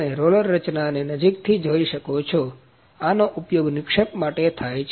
તમે રોલર રચનાને નજીકથી જોઈ શકો છો આનો ઉપયોગ નિક્ષેપ માટે થાય છે